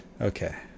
okay